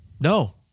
no